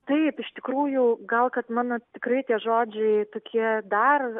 taip iš tikrųjų gal kad mano tikrai tie žodžiai tokie dar